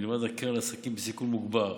מלבד הקרן לעסקים בסיכון מוגבר,